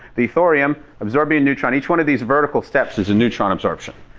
the thorium absorbing a neutron each one of these vertical steps is a neutron absorption.